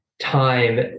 time